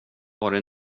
varit